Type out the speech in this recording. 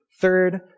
Third